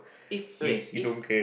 if wait if